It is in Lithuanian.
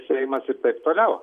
seimas ir taip toliau